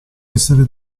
essere